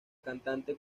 cantante